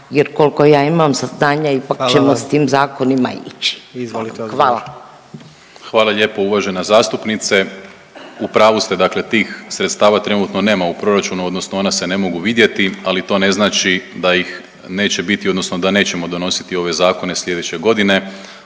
Izvolite odgovor. **Primorac, Marko** Hvala lijepo uvažena zastupnice. U pravu ste, dakle tih sredstava trenutno nema u proračunu, odnosno ona se ne mogu vidjeti ali to ne znači da ih neće biti odnosno da nećemo donositi ove zakone sljedeće godine.